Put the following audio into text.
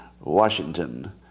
Washington